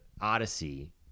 odyssey